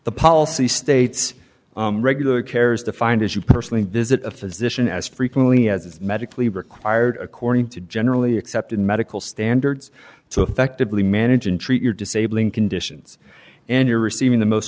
the policy states regular care is defined as you personally visit a physician as frequently as is medically required according to generally accepted medical standards so effectively manage and treat your disabling conditions and you're receiving the most